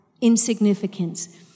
Insignificance